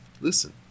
listen